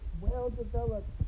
well-developed